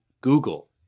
Google